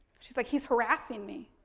she's like, he's harassing me.